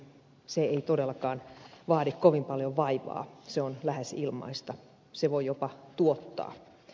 se ei todellakaan vaadi kovin paljon vaivaa se on lähes ilmaista se voi jopa tuottaa